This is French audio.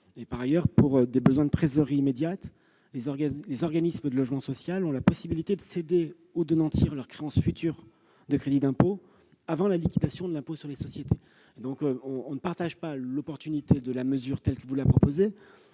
Par ailleurs, pour des besoins de trésorerie immédiate, les organismes de logement social ont la possibilité de céder ou d'amortir leurs créances futures de crédits d'impôt avant la liquidation de l'impôt sur les sociétés. Nous ne partageons donc pas l'opportunité de la mesure que vous proposez,